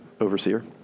overseer